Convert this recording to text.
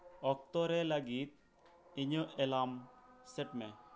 ᱚᱠᱛᱚ ᱨᱮ ᱞᱟᱹᱜᱤᱫ ᱤᱧᱟᱹᱜ ᱮᱞᱨᱟᱢ ᱥᱮᱴ ᱢᱮ